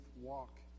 walk